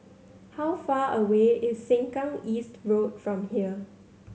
how far away is Sengkang East Road from here